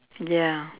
ya